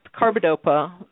carbidopa